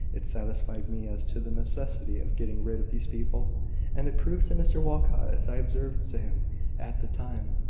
it satisfied me as to the necessity of getting rid of these people and it proved to mr walcot, as i observed to him at the time,